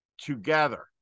together